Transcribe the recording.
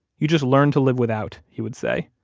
you just learn to live without, he would say,